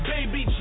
Baby